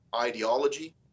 ideology